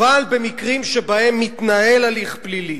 אבל במקרים שבהם מתנהל הליך פלילי